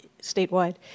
statewide